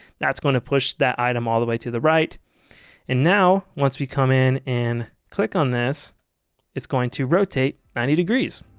that's going to push that item all the way to the right and now once we come in and click on this it's going to rotate ninety degrees.